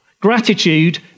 Gratitude